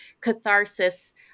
catharsis